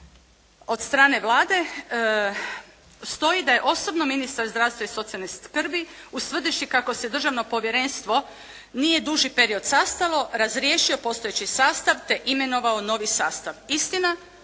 od strane Vlade stoji da je osobno ministar zdravstva i socijalne skrbi ustvrdivši kako se Državno povjerenstvo nije duži period sastalo razriješio postojeći sastav te imenovao novi sastav. Istina,